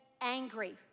angry